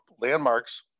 landmarks